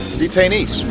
detainees